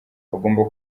bagomba